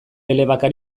elebakar